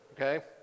okay